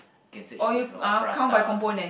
you can search things or Prata